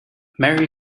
merry